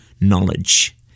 knowledge